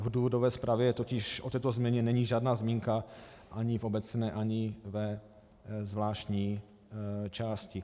V důvodové zprávě totiž o této změně není žádná zmínka ani v obecné, ani ve zvláštní části.